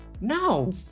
no